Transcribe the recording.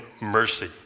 mercy